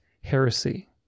heresy